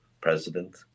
president